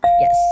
Yes